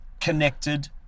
connected